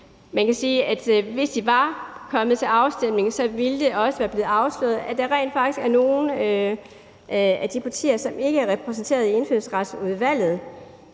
Folketinget. Hvis de var kommet til afstemning, ville det også være blevet afsløret, at der rent faktisk er nogle af de partier, som ikke er repræsenteret i Indfødsretsudvalget,